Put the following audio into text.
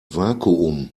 vakuum